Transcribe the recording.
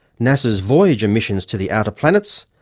nasa's voyager missions to the outer planets,